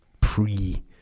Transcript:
pre